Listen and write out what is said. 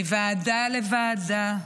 מוועדה לוועדה,